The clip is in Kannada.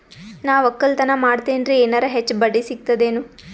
ನಾ ಒಕ್ಕಲತನ ಮಾಡತೆನ್ರಿ ಎನೆರ ಹೆಚ್ಚ ಬಡ್ಡಿ ಸಿಗತದೇನು?